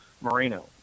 Moreno